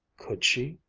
could she?